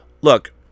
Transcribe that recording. look